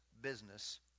business